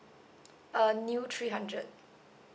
uh new three hundred